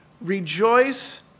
Rejoice